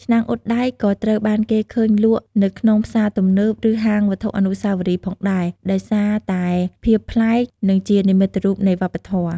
ឆ្នាំងអ៊ុតដែក ក៏ត្រូវបានគេឃើញលក់នៅក្នុងផ្សារទំនើប ឬហាងវត្ថុអនុស្សាវរីយ៍ផងដែរ ដោយសារតែភាពប្លែក និងជានិមិត្តរូបនៃវប្បធម៌។